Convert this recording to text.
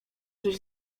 żeś